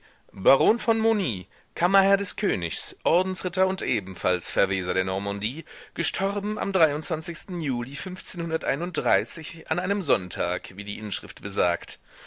baron von mauny kammerherr des königs ordensritter und ebenfalls verweser der normandie gestorben am juli an einem sonntag wie die inschrift besagt